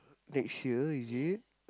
next year is it